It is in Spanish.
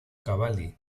cavalli